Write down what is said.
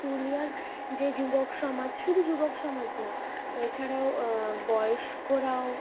পুরুলিয়ার যে যুবক সমাজ শুধু যুবক সমাজ না এছাড়াও বয়স্করাও